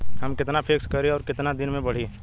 हम कितना फिक्स करी और ऊ कितना दिन में बड़ी?